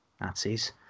Nazis